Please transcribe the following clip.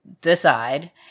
decide